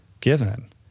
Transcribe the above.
given